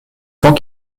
temps